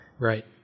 right